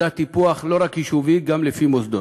מדד טיפוח לא רק יישובי, גם לפי מוסדות.